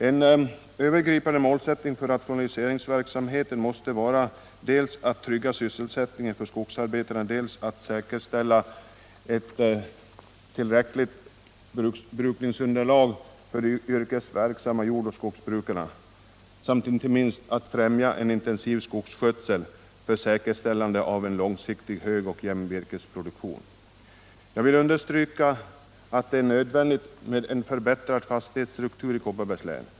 En övergripande målsättning för rationaliseringsverksamheten måste vara att dels trygga sysselsättningen för skogsarbetarna, dels säkerställa ett tillräckligt brukningsunderlag för de vrkesverksamma jord och skogsbrukarna samt inte minst att främja en intensiv skogsskötsel för säkerställande av en långsiktigt hög och jämn virkesproduktion. Jag vill understryka att det är nödvändigt med en förändrad fastighetsstruktur i Kopparbergs län.